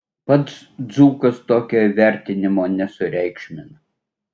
pats dzūkas tokio įvertinimo nesureikšmina